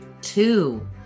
Two